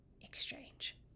exchange